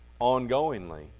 ongoingly